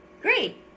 great